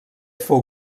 fou